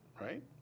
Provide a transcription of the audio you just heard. right